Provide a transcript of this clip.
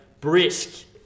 brisk